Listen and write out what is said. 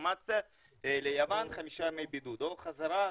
אינפורמציה שטיסות ליוון זה חמישה ימי בידוד או בחזרה.